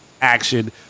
action